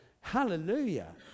Hallelujah